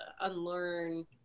unlearn